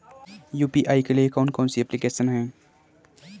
UPI के लिए कौन कौन सी एप्लिकेशन हैं?